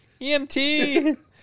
EMT